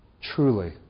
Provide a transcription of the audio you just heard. Truly